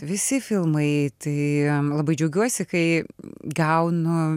visi filmai tai labai džiaugiuosi kai gaunu